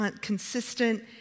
consistent